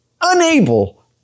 unable